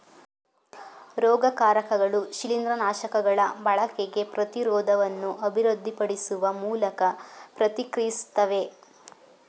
ರೋಗಕಾರಕಗಳು ಶಿಲೀಂದ್ರನಾಶಕಗಳ ಬಳಕೆಗೆ ಪ್ರತಿರೋಧವನ್ನು ಅಭಿವೃದ್ಧಿಪಡಿಸುವ ಮೂಲಕ ಪ್ರತಿಕ್ರಿಯಿಸ್ತವೆ